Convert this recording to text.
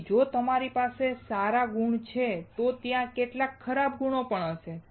તેથી જો તમારી પાસે સારા ગુણો છે તો ત્યાં કેટલાક ખરાબ ગુણો પણ હશે